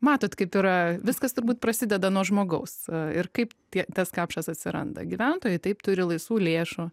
matot kaip yra viskas turbūt prasideda nuo žmogaus ir kaip tie tas kapšas atsiranda gyventojai taip turi laisvų lėšų